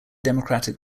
democratic